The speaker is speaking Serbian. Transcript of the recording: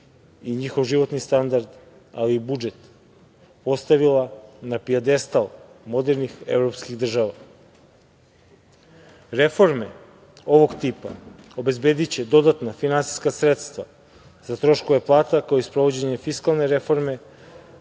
i njihov životni standard, ali i budžet postavila na pijedestal modernih evropskih država. Reforme ovog tipa obezbediće dodatna finansijska sredstva za troškove plata, ako i sprovođenje fiskalne reforme